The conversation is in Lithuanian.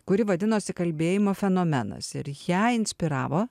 kuri vadinosi kalbėjimo fenomenas ir ją inspiravo